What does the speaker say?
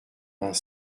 vingt